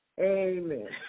Amen